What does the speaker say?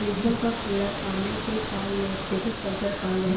रेशम क कीड़ा पाले के काम के सेरीकल्चर कहल जाला